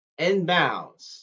inbounds